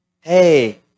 Hey